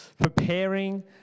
preparing